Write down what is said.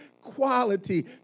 quality